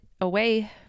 away